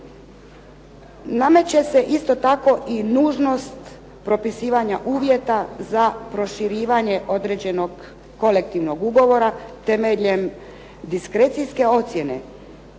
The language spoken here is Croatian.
Nameće se isto tako i nužnost propisivanja uvjeta za proširivanje određenog kolektivnog ugovora temeljem diskrecijske ocjene,